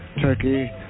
Turkey